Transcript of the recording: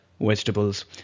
vegetables